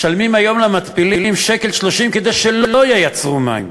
ומשלמים היום למתפילים 1.30 שקל כדי שלא ייצרו מים.